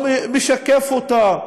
לא משקף אותה,